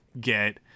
get